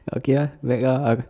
okay lah Mac ah uh